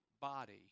body